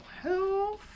health